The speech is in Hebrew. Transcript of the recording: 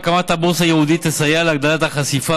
הקמת הבורסה הייעודית תסייע להגדלת החשיפה